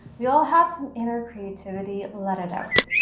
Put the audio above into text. we all have some inner creativity, let it out!